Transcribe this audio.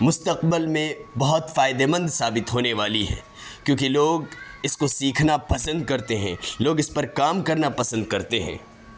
مستقبل میں بہت فائدہ مند ثابت ہونے والی ہے کیونکہ لوگ اس کو سیکھنا پسند کرتے ہیں لوگ اس پر کام کرنا پسند کرتے ہیں